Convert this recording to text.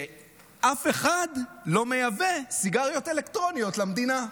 שאף אחד לא מייבא סיגריות אלקטרוניות למדינה.